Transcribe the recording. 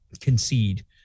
concede